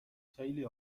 خیلی